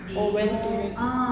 know when to use it